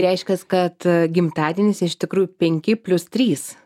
reiškias kad gimtadienis iš tikrųjų penki plius trys